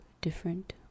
different